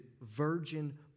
virgin